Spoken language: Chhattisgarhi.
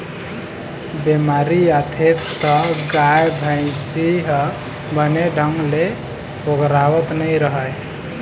बेमारी आथे त गाय, भइसी ह बने ढंग ले पोगरावत नइ रहय